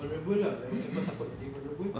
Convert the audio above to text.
vulnerable lah like macam kau takut nak jadi vulnerable